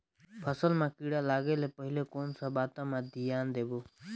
फसल मां किड़ा लगे ले पहले कोन सा बाता मां धियान देबो?